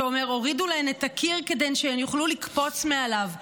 שאומר: הורידו להן את הקיר כדי שהן יוכלו לקפוץ מעליו,